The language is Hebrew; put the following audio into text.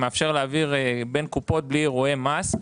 מאפשר להעביר בין קופות בלי אירועי מס.